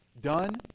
done